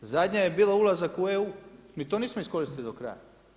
Zadnja je bila ulazak u EU, mi to nismo iskoristili do kraja.